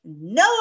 no